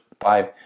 five